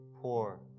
poor